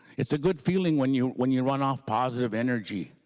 it's good feeling when you when you run off positive energy.